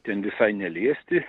ten visai neliesti